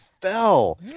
fell